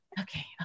Okay